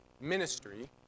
ministry